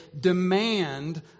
demand